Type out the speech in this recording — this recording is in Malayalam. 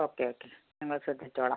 ഓക്കെ ഓക്കെ ഞങ്ങൾ ശ്രദ്ധിച്ചോളം